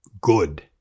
good